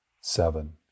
seven